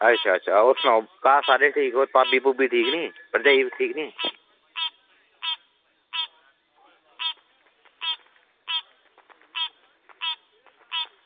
होर सनाओ होर घर सारे ठीक भाभी ठीक नी भरजाई ठीक नी